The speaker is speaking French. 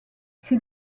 ses